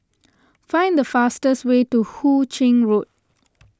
find the fastest way to Hu Ching Road